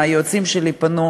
היועצים שלי פנו,